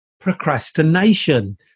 procrastination